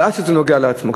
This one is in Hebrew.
אבל עד שזה נוגע לו עצמו.